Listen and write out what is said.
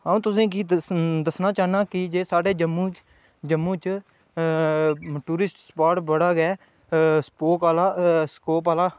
अं'ऊ तुसेंगी दस्सना चाह्न्नां के साढ़े जम्मू च जम्मू च टुरिस्ट स्पॉट बड़ा गै स्कोप आह्ला स्कोप आह्ला